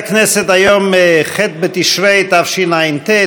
היום ח' בתשרי תשע"ט,